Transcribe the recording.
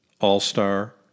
all-star